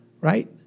right